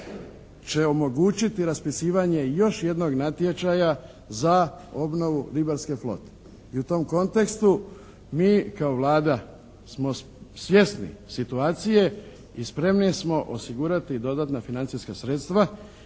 će omogućiti raspisivanje još jednog natječaja za obnovu ribarske flote. I u tom kontekstu, mi kao Vlada smo svjesni situacije i spremni smo osigurati dodatna financijska sredstva